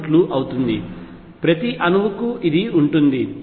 6 eV అవుతుంది ప్రతి అణువుకు ఇది ఉంటుంది